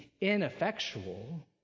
ineffectual